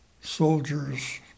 Soldiers